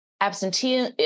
Absentee